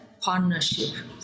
partnership